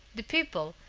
the people,